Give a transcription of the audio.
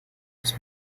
весь